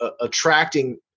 attracting